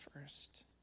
first